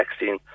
vaccine